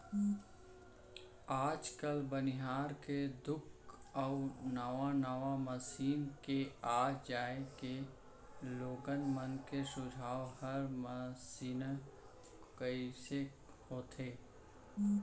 आज काल बनिहार के दुख अउ नावा नावा मसीन के आ जाए के लोगन मन के झुकाव हर मसीने कोइत होथे